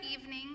evening